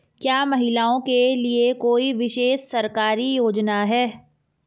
क्या महिलाओं के लिए कोई विशेष सरकारी योजना है?